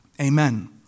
Amen